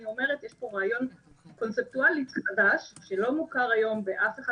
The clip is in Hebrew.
אני אומרת שיש פה רעיון קונספטואלית חדש שלא מוכר היום באף אחד